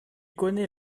connaît